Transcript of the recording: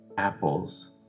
apples